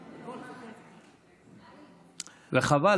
וחבל,